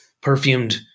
perfumed